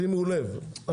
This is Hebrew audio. שימו לב,